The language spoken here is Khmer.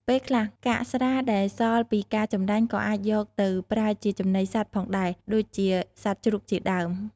ពេលខ្លះ កាកស្រាដែលសល់ពីការចម្រាញ់ក៏អាចយកទៅប្រើជាចំណីសត្វផងដែរ ដូចជាសត្វជ្រូកជាដើម។